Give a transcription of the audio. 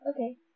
Okay